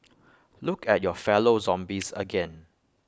look at your fellow zombies again